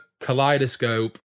Kaleidoscope